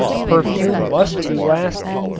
a perfume must be lasting,